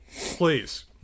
Please